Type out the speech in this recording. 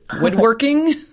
woodworking